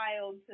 child